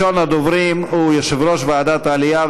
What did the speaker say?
ראשון הדוברים הוא יושב-ראש ועדת העלייה,